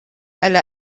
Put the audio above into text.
elle